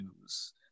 news